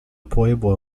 pueblo